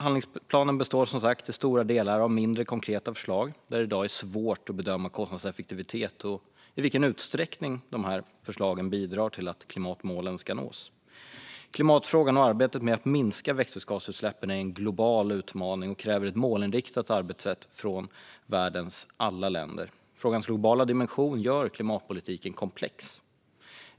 Handlingsplanen består som sagt till stora delar av mindre konkreta förslag som det i dag är svårt att bedöma kostnadseffektiviteten av och i vilken utsträckning de bidrar till att klimatmålen nås. Klimatfrågan och arbetet med att minska växthusgasutsläppen är en global utmaning och kräver ett målinriktat arbetssätt från världens alla länder. Frågans globala dimension gör klimatpolitiken komplex.